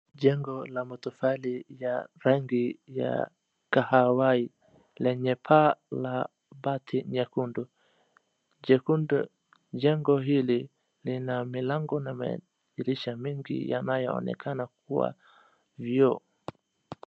Jengo la matofali ya rangi ya kahawai, lenye paa la pati [csnyekundu, jekundu. Jengo hili lina malango na madirisha mengi yanayoonekana kuwa vioo.